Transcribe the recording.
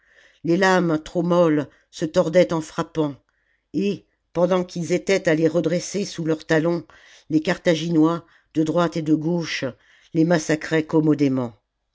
les lames trop molles se tordaient en frappant et pendant qu'ils étaient à les redresser sous leurs talons les carthaginois de droite et de gauche les massacraient commodément